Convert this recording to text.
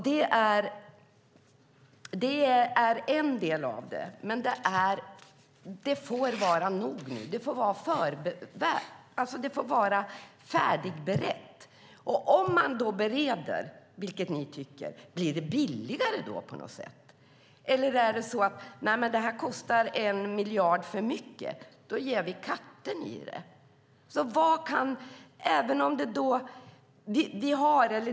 Det är en del av detta. Men det får vara nog nu. Det får vara färdigberett. Om man bereder detta, vilket ni tycker att man ska, blir det billigare då? Eller tycker man att detta kostar 1 miljard för mycket? Då ger man katten i det.